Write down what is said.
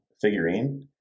figurine